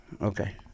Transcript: okay